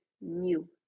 new